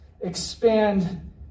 expand